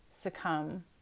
succumb